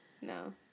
No